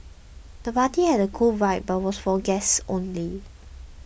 the party had a cool vibe but was for guests only